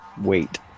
wait